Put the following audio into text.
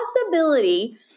possibility